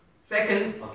seconds